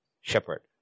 shepherd